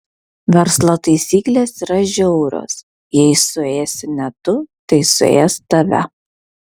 verslo taisyklės yra žiaurios jei suėsi ne tu tai suės tave